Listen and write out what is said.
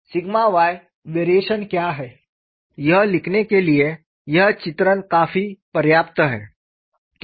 sigma y variation क्या है यह लिखने के लिए यह चित्रण काफी पर्याप्त है